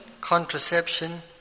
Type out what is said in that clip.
contraception